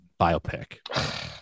biopic